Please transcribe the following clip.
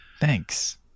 thanks